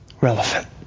relevant